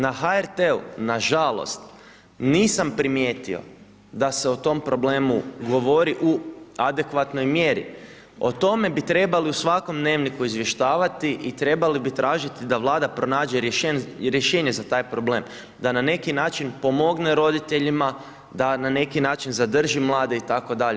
Na HRT-u, nažalost, nisam primijetio da se o tom problemu govori u adekvatnoj mjeri, o tome bi trebali u svakom Dnevniku izvještavati i trebali bi tražit da Vlada pronađe rješenje za taj problem, da na neki način pomogne roditeljima, da na neki način zadrži mlade itd.